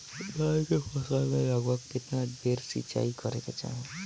धान के फसल मे लगभग केतना बेर सिचाई करे के चाही?